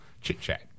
chit-chat